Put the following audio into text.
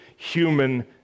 Human